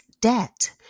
debt